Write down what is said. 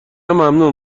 ممنون